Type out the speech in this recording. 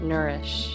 nourish